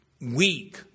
weak